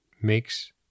makes